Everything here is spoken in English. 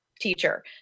Teacher